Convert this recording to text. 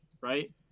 right